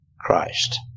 Christ